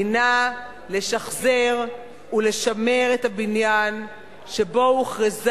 הינה לשחזר ולשמר את הבניין שבו הוכרזה